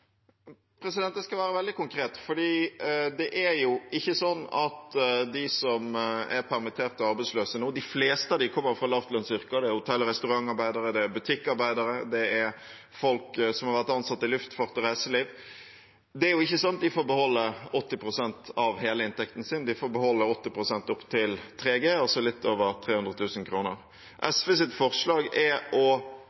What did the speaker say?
skal være veldig konkret. De fleste av dem som er permitterte og arbeidsløse nå, kommer fra lavlønnsyrker. Det er hotell- og restaurantarbeidere, det er butikkarbeidere, det er folk som har vært ansatt i luftfart og reiseliv. Det er ikke sånn at de får beholde 80 pst. av hele inntekten sin, de får beholde 80 pst. opp til 3G, altså litt over